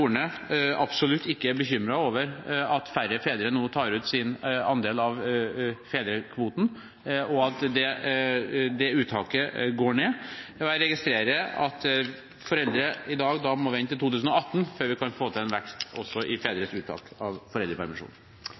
færre fedre nå tar ut sin andel av fedrekvoten, og at det uttaket går ned. Jeg registrerer at foreldre i dag må vente til 2018 før vi kan få til en vekst i fedres uttak av